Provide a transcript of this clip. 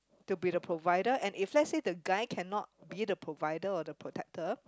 to be the provider and if let's say the guy cannot be the provider or the protector